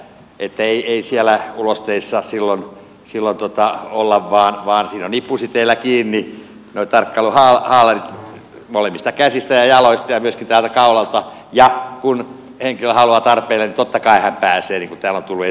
ei siellä ulosteissa silloin olla vaan tarkkailuhaalarit ovat nippusiteillä kiinni molemmista käsistä ja jaloista ja myöskin kaulalta ja kun henkilö haluaa tarpeilleen niin totta kai hän pääsee niin kuin täällä on tullut esille